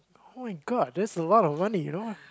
oh-my-god that's a lot of money you know